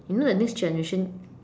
if not the next generation